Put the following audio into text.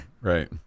Right